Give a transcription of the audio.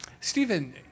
Stephen